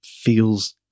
feels